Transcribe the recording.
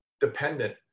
dependent